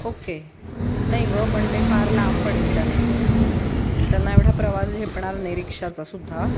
okay नाही गं पण ते फार लांब पडेल त्यांना त्यांना एवढा प्रवास झेपणार नाही रिक्षाचासुद्धा